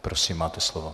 Prosím, máte slovo.